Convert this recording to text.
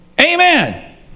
Amen